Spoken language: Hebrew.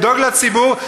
לדאוג לציבור,